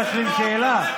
תן לי להשלים שאלה.